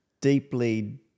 deeply